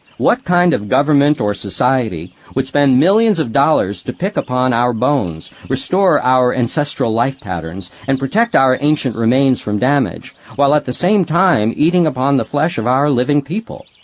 what kind of government or society would spend millions of dollars to pick upon our bones, restore our ancestral life patterns, and protect our ancient remains from damage-while at the same time eating upon the flesh of our living people?